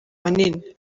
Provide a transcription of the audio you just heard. manini